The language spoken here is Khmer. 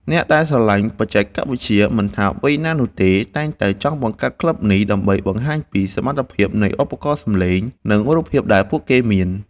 អ្នកដែលស្រឡាញ់បច្ចេកវិទ្យា មិនថាវ័យណានោះទេ តែងតែចង់បង្កើតក្លឹបនេះ ដើម្បីបង្ហាញពីសមត្ថភាពនៃឧបករណ៍សំឡេង និងរូបភាពដែលពួកគេមាន។